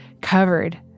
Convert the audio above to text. covered